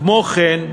כמו כן,